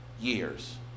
years